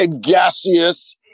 Gaseous